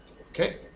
okay